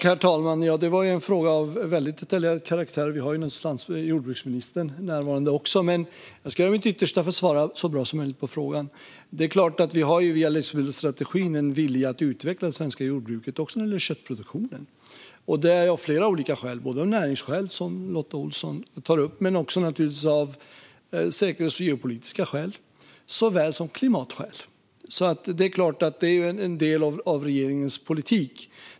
Herr talman! Det var en fråga av väldigt detaljerad karaktär. Vi har ju också jordbruksministern närvarande. Men jag ska göra mitt yttersta för att svara så bra som möjligt. Det är klart att vi har en vilja att via livsmedelsstrategin utveckla det svenska jordbruket, också när det gäller köttproduktionen. Det är av flera olika skäl - näringsskäl, som Lotta Olsson tar upp, men naturligtvis också säkerhetsskäl och geopolitiska skäl såväl som klimatskäl. Det är en del av regeringens politik.